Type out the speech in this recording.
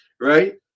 Right